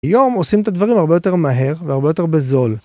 היום עושים את הדברים הרבה יותר מהר והרבה יותר בזול